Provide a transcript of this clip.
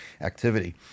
activity